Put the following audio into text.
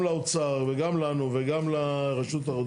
גם לאוצר וגם לנו וגם לרשות התחרות,